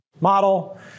model